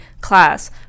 class